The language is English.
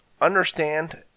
understand